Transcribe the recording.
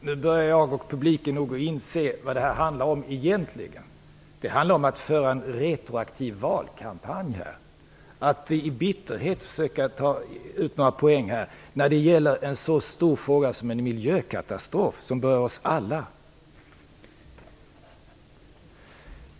Fru talman! Nu börjar jag och publiken nog inse vad det här handlar om egentligen. Det handlar om att föra en retroaktiv valkampanj, att i bitterhet försöka ta poäng när det gäller en så stor fråga som en miljökatastrof, som berör oss alla.